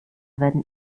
werden